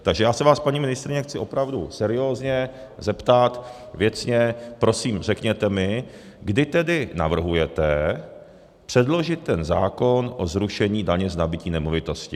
Takže já se vás, paní ministryně, chci opravdu seriózně, věcně zeptat, prosím, řekněte mi, kdy tedy navrhujete předložit ten zákon o zrušení daně z nabytí nemovitosti.